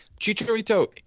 chicharito